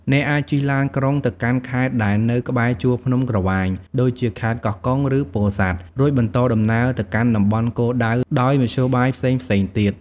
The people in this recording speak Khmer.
អ្នកអាចជិះឡានក្រុងទៅកាន់ខេត្តដែលនៅក្បែរជួរភ្នំក្រវាញ ដូចជាខេត្តកោះកុង ឬពោធិ៍សាត់ រួចបន្តដំណើរទៅកាន់តំបន់គោលដៅដោយមធ្យោបាយផ្សេងៗទៀត។